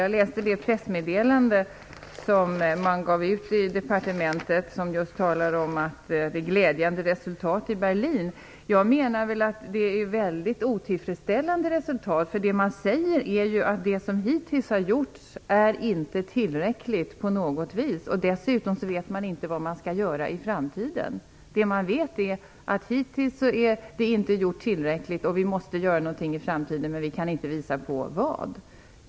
Jag läste det pressmeddelande som departementet gav ut och där man just talar om att det var glädjande resultat i Berlin. Jag menar att det är väldigt otillfredsställande resultat, därför att det man säger är att det som hittills har gjorts inte är tillräckligt på något sätt. Dessutom vet man inte vad man skall göra i framtiden. Det man vet är att det hittills inte har gjorts tillräckligt, att det måste göras någonting i framtiden men att man inte kan visa på vad.